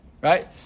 right